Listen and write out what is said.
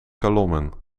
kolommen